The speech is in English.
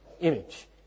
image